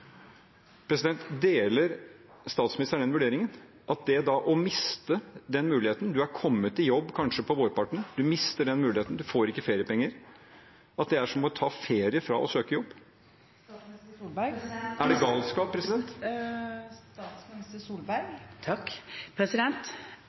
statsministeren enig i den vurderingen, at det å miste den muligheten – du er kommet i jobb kanskje på vårparten, du mister den muligheten, du får ikke feriepenger – er som å ta ferie fra å søke jobb? Er det galskap?